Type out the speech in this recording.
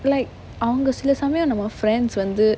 like அவங்க சில சமயம் நம்ம:avanga sila samayam namma friends வந்து:vanthu